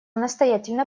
настоятельно